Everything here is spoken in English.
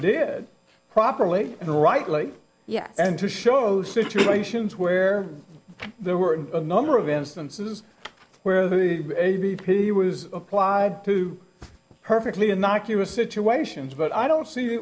did properly and rightly yes and to show situations where there were a number of instances where the a b p was applied to perfectly innocuous situations but i don't see